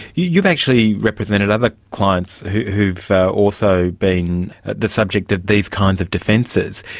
you've actually represented other clients who've also been the subject of these kinds of defences.